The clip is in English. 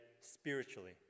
spiritually